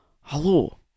Hello